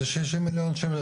זה שישים מיליון שקל.